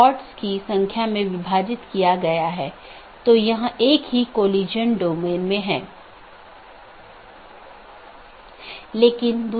तो AS1 में विन्यास के लिए बाहरी 1 या 2 प्रकार की चीजें और दो बाहरी साथी हो सकते हैं